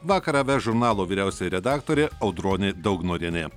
vakarą ves žurnalo vyriausioji redaktorė audronė daugnorienė